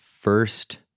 first